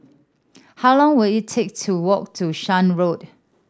how long will it take to walk to Shan Road